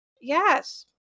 Yes